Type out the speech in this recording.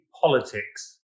politics